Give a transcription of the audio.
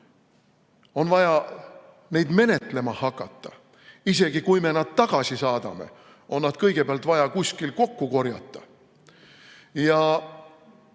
On vaja neid menetlema hakata. Isegi kui me nad tagasi saadame, on nad kõigepealt vaja kuskil kokku korjata. Ja